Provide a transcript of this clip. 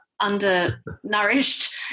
undernourished